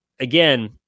Again